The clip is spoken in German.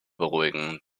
beruhigen